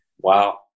Wow